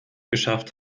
geschafft